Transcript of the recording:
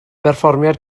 berfformiad